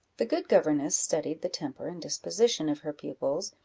the good governess studied the temper and disposition of her pupils,